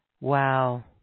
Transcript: Wow